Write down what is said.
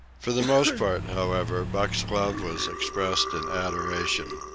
for the most part, however, buck's love was expressed in adoration.